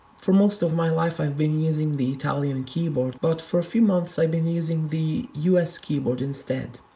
for most of my life i've been using the italian keyboard, but for a few months i've been using the us keyboard instead.